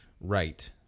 right